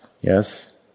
Yes